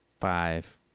Five